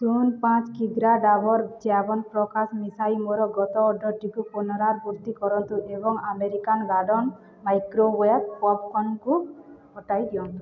ଶୂନ ପାଞ୍ଚ କିଗ୍ରା ଡ଼ାବର୍ ଚ୍ୟବନପ୍ରକାଶ ମିଶାଇ ମୋର ଗତ ଅର୍ଡ଼ର୍ଟିର ପୁନରାବୃତ୍ତି କରନ୍ତୁ ଏବଂ ଆମେରିକାନ୍ ଗାର୍ଡ଼ନ୍ ମାଇକ୍ରୋୱେଭ୍ ପପ୍କର୍ଣ୍ଣ୍କୁ ହଟାଇ ଦିଅନ୍ତୁ